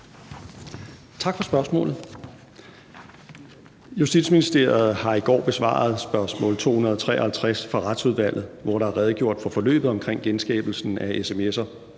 Tak for spørgsmålet. Justitsministeriet har i går besvaret spørgsmål 253 fra Retsudvalget, hvor der er redegjort for forløbet omkring genskabelsen af sms'er.